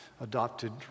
adopted